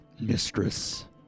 mistress